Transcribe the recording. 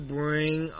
bring